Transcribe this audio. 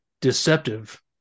deceptive